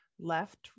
Left